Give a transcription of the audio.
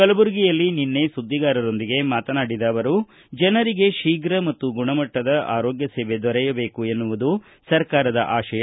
ಕಲಬುರಗಿಯಲ್ಲಿ ನಿನ್ನೆ ಸುದ್ದಿಗಾರರೊಂದಿಗೆ ಮಾತನಾಡಿದ ಅವರು ಜನರಿಗೆ ಶೀಘ್ರ ಮತ್ತು ಗುಣಮಟ್ಟದ ಆರೋಗ್ಟ ಸೇವೆ ದೊರೆಯಬೇಕು ಎನ್ನುವುದು ಸರ್ಕಾರದ ಆಶಯ